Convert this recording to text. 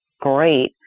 great